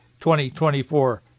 2024